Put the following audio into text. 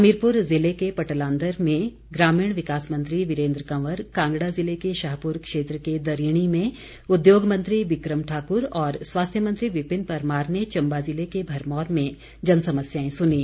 हमीरपुर जिले के पटलांदर में ग्रामीण विकास मंत्री वीरेंद्र कंवर कांगड़ा जिले के शाहपुर क्षेत्र के दरीणी में उद्योग मंत्री बिक्रम ठाकुर और स्वास्थ्य मंत्री विपिन परमार ने चम्बा जिले के भरमौर में जनसमस्याएं सुनीं